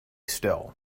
still